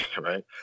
Right